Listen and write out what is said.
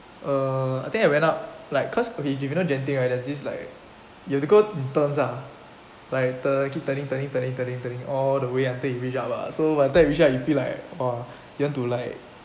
uh I think I went up like cause if you know genting right there's this like you have to go in turns ah like turn keep turning turning turning turning turning all the way until you reach up ah so until you reach up ah so by the time you reach up you feel like !wah! you want to like